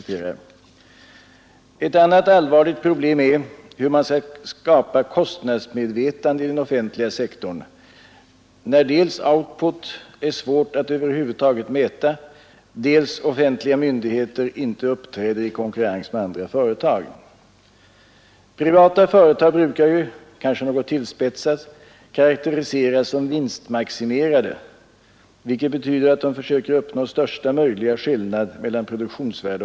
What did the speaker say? Där är effektivitetsnivån redan utomordentligt